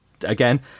again